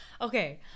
Okay